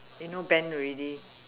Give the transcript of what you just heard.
you know bend already